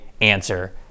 answer